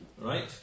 right